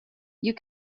you